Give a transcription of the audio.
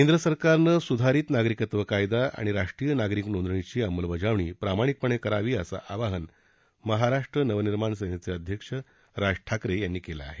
केंद्र सरकारनं सुधारित नागरिकत्व कायदा आणि राष्ट्रीय नागरिक नोंदणीची अंमलबजावणी प्रामाणिकपणे करावी असं आवाहन महाराष्ट्र नवनिर्माण सेनेचे प्रमुख राज ठाकरे यांनी केलं आहे